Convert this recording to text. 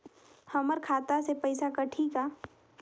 हमर खाता से पइसा कठी का?